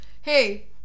Hey